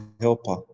helper